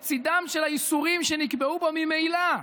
בצידם של האיסורים שנקבעו בו ממילא,